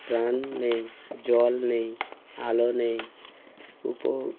প্রাণ নেই জল নেই আলো নেই উপ